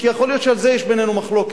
כי יכול להיות שעל זה יש בינינו מחלוקת,